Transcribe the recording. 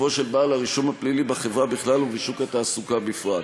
של בעל הרישום הפלילי בחברה בכלל ובשוק התעסוקה בפרט.